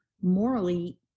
morally